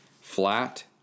flat